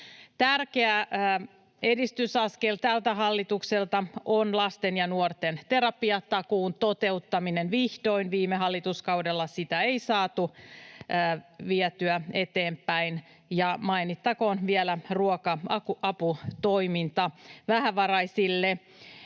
Tärkeä edistysaskel tältä hallitukselta on lasten ja nuorten terapiatakuun toteuttaminen vihdoin. Viime hallituskaudella sitä ei saatu vietyä eteenpäin. Ja mainittakoon vielä ruoka-aputoiminta vähävaraisille.